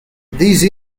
these